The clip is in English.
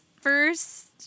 first